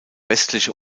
westliche